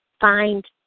find